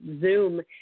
Zoom